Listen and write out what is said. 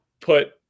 put